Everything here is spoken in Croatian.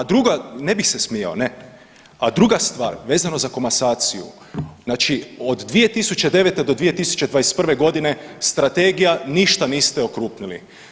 A drugo, ne bih se smijao ne, a druga stvar vezano za komasaciju znači od 2009. do 2021. godine strategija, ništa niste okrupnili.